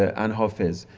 and hafez.